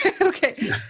Okay